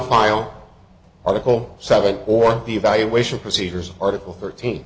file article seven or the evaluation procedures article thirteen